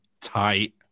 tight